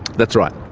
that's right.